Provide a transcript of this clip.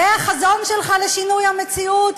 זה החזון שלך לשינוי המציאות,